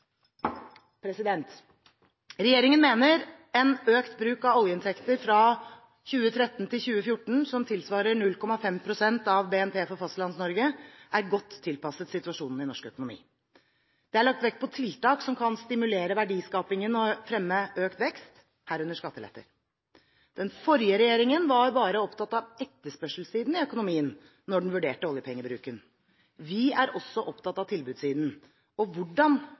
Regjeringen mener en økt bruk av oljeinntekter fra 2013–2014 som tilsvarer 0,5 pst. av BNP for Fastlands-Norge, er godt tilpasset situasjonen i norsk økonomi. Det er lagt vekt på tiltak som kan stimulere verdiskaping og fremme økt vekst, herunder skatteletter. Den forrige regjeringen var bare opptatt av etterspørselssiden i økonomien når den vurderte oljepengebruken. Vi er også opptatt av tilbudssiden, og hvordan